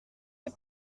les